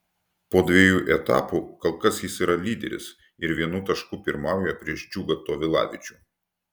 po dviejų etapų kol kas jis yra lyderis ir vienu tašku pirmauja prieš džiugą tovilavičių